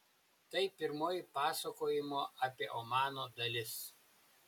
tai pirmoji pasakojimo apie omaną dalis